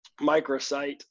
microsite